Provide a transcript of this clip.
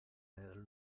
del